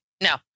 No